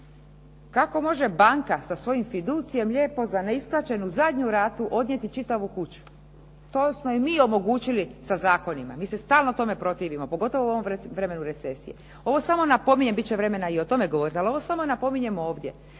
Kako može banka sa svojim fiducijem lijepo za neisplaćenu zadnju ratu odnijeti čitavu kuću. To smo im mi omogućili sa zakonima. Mi se stalno tome protivimo pogotovo u ovom vremenu recesije. Ovo samo napominjem bit će vremena i o tome govoriti, ali ovo samo napominjem ovdje